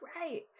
right